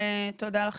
תודה לך,